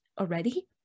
already